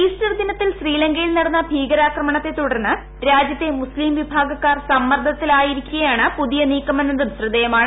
Easter ദിനത്തിൽ ശ്രീലങ്കയിൽ നടന്ന ഭീകരാക്രമണത്തെ തുടർന്ന് രാജ്യത്തെ മുസ്തീം വിഭാഗക്കാർ സമ്മർദ്ദത്തിലായിരിക്കെയാണ് പുതിയ നീക്കമെന്നതും ശ്രദ്ധേയമാണ്